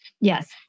Yes